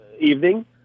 evening